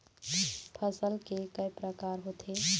फसल के कय प्रकार होथे?